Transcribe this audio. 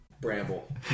Bramble